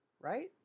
right